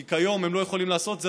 כי כיום הם לא יכולים לעשות את זה,